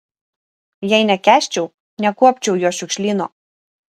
jei nekęsčiau nekuopčiau jo šiukšlyno